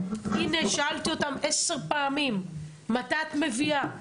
הנה שאלתי אותם עשר פעמים מתי הן מביאות את זה,